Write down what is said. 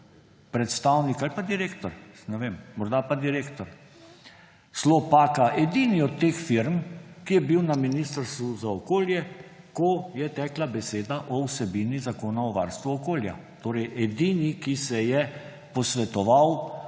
predstavnik ali pa direktor – ne vem, morda pa direktor Slopaka ‒ edini od teh firm, ki je bil na Ministrstvu za okolje, ko je tekla beseda o vsebini Zakona o varstvu okolja? Torej, edini, ki se je posvetoval